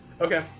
Okay